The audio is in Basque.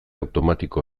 automatiko